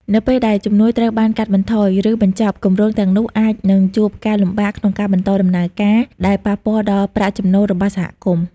នៅពេលដែលជំនួយត្រូវបានកាត់បន្ថយ ឬបញ្ចប់ គម្រោងទាំងនោះអាចនឹងជួបការលំបាកក្នុងការបន្តដំណើរការ ដែលប៉ះពាល់ដល់ប្រាក់ចំណូលរបស់សហគមន៍។